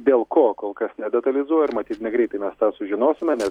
dėl ko kol kas nedetalizuoja ir matyt negreitai mes tą sužinosime nes